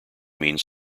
means